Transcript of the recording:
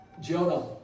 Jonah